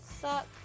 suck